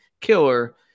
killer